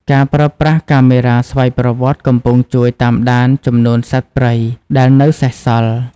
ការប្រើប្រាស់កាមេរ៉ាស្វ័យប្រវត្តិកំពុងជួយតាមដានចំនួនសត្វព្រៃដែលនៅសេសសល់។